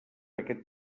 aquest